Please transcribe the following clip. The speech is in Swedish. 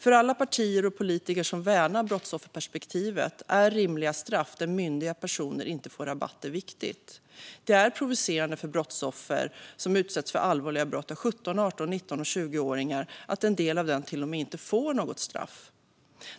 För alla partier och politiker som värnar brottsofferperspektivet är rimliga straff, där myndiga personer inte får rabatter, viktigt. Det är provocerande för brottsoffer som utsätts för allvarliga brott av 17, 18, 19 och 20-åringar att en del av dem till och med inte får något straff.